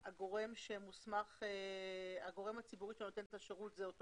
הגורם הציבורי שנותן את השירות הוא אותו